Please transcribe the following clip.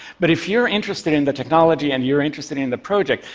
but if you're interested in the technology and you're interested in the project,